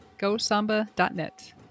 Gosamba.net